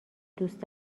دوست